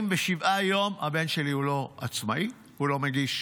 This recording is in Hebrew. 247 יום, הבן שלי הוא לא עצמאי, הוא לא מגיש